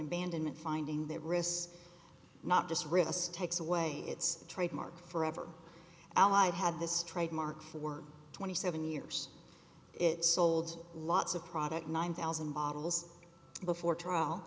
abandonment finding their wrists not just wrist takes away its trademark forever allied had this trademark for twenty seven years it sold lots of product nine thousand bottles before trial